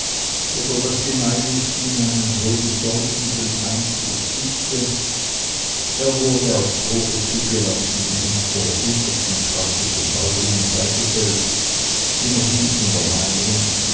oder daß die mayluftin einen so bedeutenden einfluß übte er wurde auf probe zugelassen und der untersten klasse von neulingen beigesellt immerhin in der meinung